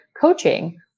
coaching